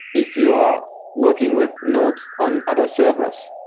if you are working with nodes on other servers,